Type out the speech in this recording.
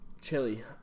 Chili